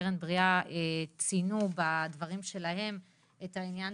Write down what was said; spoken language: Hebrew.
"קרן בריאה" ציינו בדברים שלהם את העניין